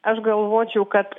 aš galvočiau kad